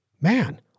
man